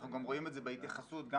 אנחנו גם רואים את זה בהתייחסות גם